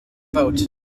boat